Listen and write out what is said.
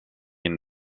une